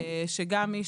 גם מי